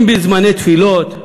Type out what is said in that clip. אם בזמני תפילות,